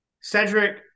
Cedric